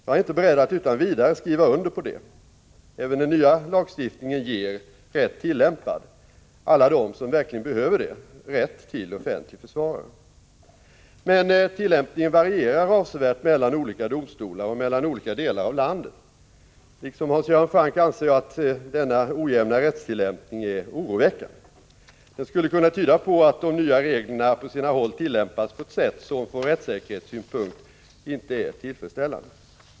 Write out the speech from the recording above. Jag är inte beredd att utan vidare skriva under på det. Även den nya lagstiftningen ger, rätt tillämpad, alla dem som verkligen behöver det rätt till offentlig försvarare. Men tillämpningen varierar avsevärt mellan olika domstolar och mellan olika delar av landet. Liksom Hans Göran Franck anser jag att denna ojämna rättstillämpning är oroväckande. Den skulle kunna tyda på att de nya reglerna på sina håll tillämpas på ett sätt som från rättssäkerhetssynpunkt inte är tillfredsställande.